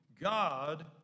God